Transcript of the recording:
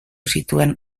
zituen